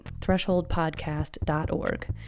thresholdpodcast.org